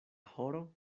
horo